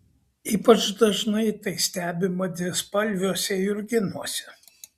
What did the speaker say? ypač dažnai tai stebima dvispalviuose jurginuose